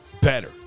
better